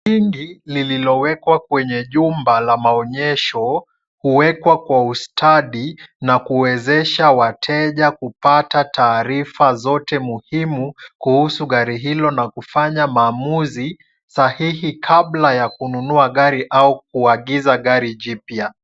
Ingi lililowekwa kwenye jumba la maonyesho, huwekwa kwa ustadi na kuwezesha wateja kupata taarifa zote muhimu kuhusu gari hilo na kufanya maamuzi sahihi kabla ya kununua gari au kuagiza gari jipya.